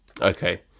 Okay